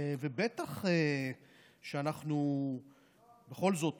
ובטח שאנחנו בכל זאת